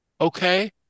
okay